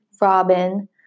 Robin